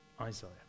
isaiah